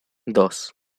dos